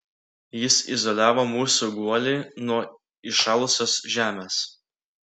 jis izoliavo mūsų guolį nuo įšalusios žemės